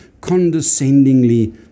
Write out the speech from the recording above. condescendingly